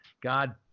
God